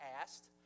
asked